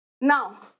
now